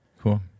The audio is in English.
Cool